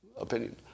opinion